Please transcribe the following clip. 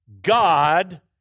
God